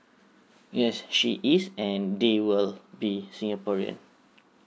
yes she is and they will be singaporean